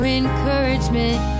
encouragement